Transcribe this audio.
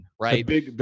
right